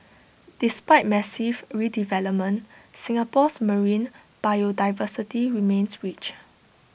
despite massive redevelopment Singapore's marine biodiversity remains rich